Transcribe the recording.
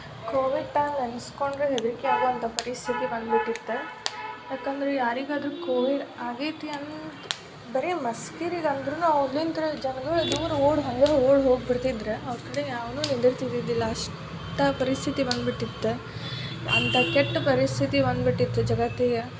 Covid time ನೆನೆಸ್ಕೊಂಡ್ರೆ ಹೆದರಿಕೆ ಆಗುವಂಥ ಪರಿಸ್ಥಿತಿ ಬಂದ್ಬಿಟ್ಟಿತ್ತು ಯಾಕಂದ್ರೆ ಯಾರಿಗಾದರೂ ಕೋವಿಡ್ ಆಗೈತಿ ಅಂದು ಬರೀ ಮಸ್ಕಿರಿಗೆ ಅಂದ್ರೂ ಅವ್ಲಿಂತ್ರ್ ಜನಗಳು ದೂರ ಓಡಿ ಹಾಗೆ ಓಡಿ ಹೋಗಿ ಬಿಡ್ತಿದ್ರು ಅವ್ರ ಕಡೆ ಯಾವನೂ ನಿಂದಿರ್ತಿದಿದ್ದಿಲ್ಲ ಅಷ್ಟು ಪರಿಸ್ಥಿತಿ ಬಂದ್ಬಿಟ್ಟಿತ್ತು ಅಂಥ ಕೆಟ್ಟ ಪರಿಸ್ಥಿತಿ ಬಂದ್ಬಿಟ್ಟಿತ್ತು ಜಗತ್ತಿಗೆ